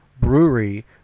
brewery